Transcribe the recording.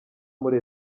muri